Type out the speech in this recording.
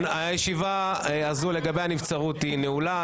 הישיבה הזאת לגבי הנבצרות נעולה.